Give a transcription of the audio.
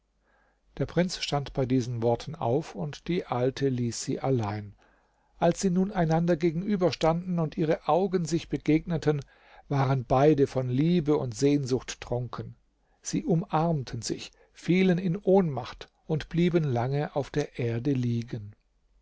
der prinz stand bei diesen worten auf und die alte ließ sie allein als sie nun einander gegenüberstanden und ihre augen sich begegneten waren beide von liebe und sehnsucht trunken sie umarmten sich fielen in ohnmacht und blieben lange auf der erde liegen